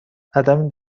عدم